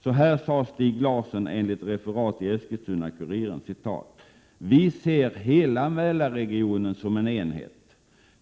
Så här sade Stig Larsson enligt referat i Eskilstuna-Kuriren: ”Vi ser hela Mälarregionen som en enhet.